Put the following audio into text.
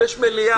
יש מליאה.